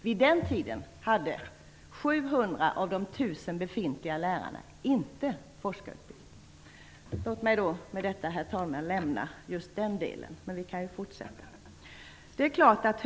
Vid den tiden hade 700 av de befintliga 1 000 lärarna inte forskningsutbildning. Låt mig med detta, herr talman, lämna just den frågan. Vi kan fortsätta den debatten senare.